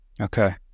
Okay